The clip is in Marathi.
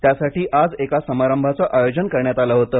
त्यासाठी आज एका समारंभाचं आयोजन करण्यात आलं होतं